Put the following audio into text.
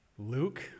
Luke